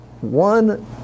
one